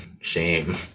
shame